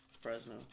Fresno